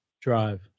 Drive